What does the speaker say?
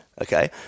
okay